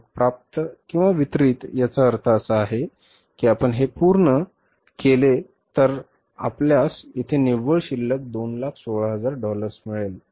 रोख प्राप्त वितरित याचा अर्थ असा आहे की आपण हे पूर्ण केले तर आपल्यास येथे निव्वळ शिल्लक 216000 डॉलर्स आहे